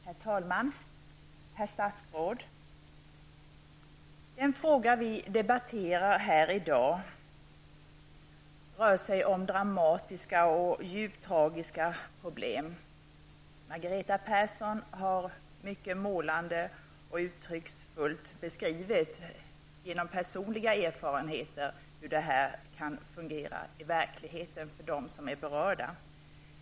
Herr talman! Herr statsråd! Den fråga som vi debatterar här i dag gäller dramatiska och djupt tragiska problem. Margareta Persson har mycket målande och uttrycksfullt beskrivit personliga erfarenheter av hur det här kan fungera i verkligheten för dem som är berörda.